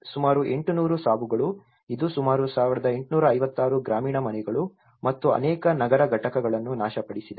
ಸುಮಾರು 800 ಸಾವುಗಳು ಇದು ಸುಮಾರು 1856 ಗ್ರಾಮೀಣ ಮನೆಗಳು ಮತ್ತು ಅನೇಕ ನಗರ ಘಟಕಗಳನ್ನು ನಾಶಪಡಿಸಿದೆ